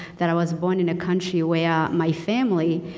that i was born in a country where my family